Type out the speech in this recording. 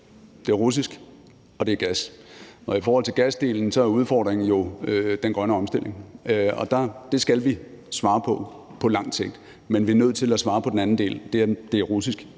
den er russisk, og det er gas. I forhold til gasdelen er udfordringen jo den grønne omstilling, og det skal vi svare på på lang sigt, men vi er nødt til at svare på den anden del, altså at den er russisk,